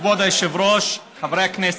כבוד היושב-ראש, חברי הכנסת.